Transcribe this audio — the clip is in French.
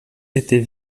était